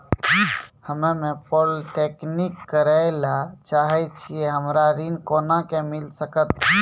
हम्मे पॉलीटेक्निक करे ला चाहे छी हमरा ऋण कोना के मिल सकत?